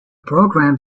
programme